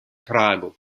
prago